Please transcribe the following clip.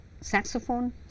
saxophone